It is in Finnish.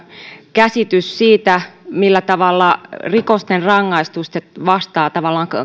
käsityksestä siitä millä tavalla rikosten rangaistukset tavallaan vastaavat